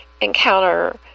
encounter